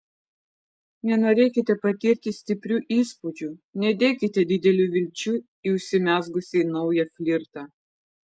nenorėkite patirti stiprių įspūdžių nedėkite didelių vilčių į užsimezgusį naują flirtą